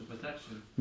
protection